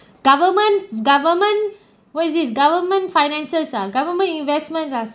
government government what is this government finances ah government investment ah